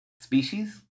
Species